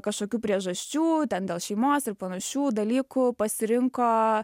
kažkokių priežasčių ten dėl šeimos ir panašių dalykų pasirinko